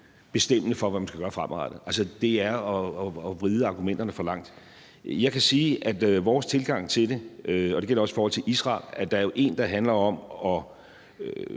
bestemmende for, hvad man skal gøre fremadrettet. Altså, det er at vride argumenterne for langt. Jeg kan sige om vores tilgang til det, og det gælder også i forhold til Israel, at der jo er en, der handler om